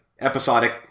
episodic